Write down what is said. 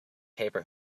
paper